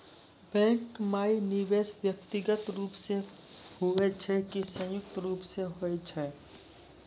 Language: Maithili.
बैंक माई निवेश व्यक्तिगत रूप से हुए छै की संयुक्त रूप से होय छै?